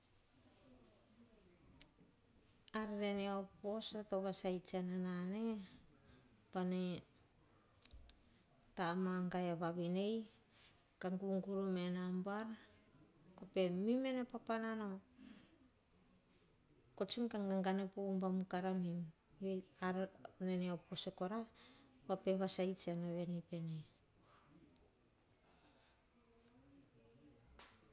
Ar nene op voso to vasai tsiana nane, pa nei tama gai vaivinei, kah guruguru mena buar, koh pe mimene pa panino. Kotsun ka gaga tsun kah gagane po ubam kara mim, ar op voso vene vape vasai tsiana veni pene.